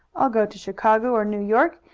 i'll go to chicago or new york,